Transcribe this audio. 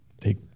take